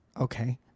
Okay